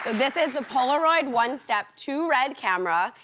this is the polaroid onestep two red camera.